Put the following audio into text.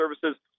services